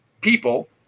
people